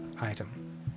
item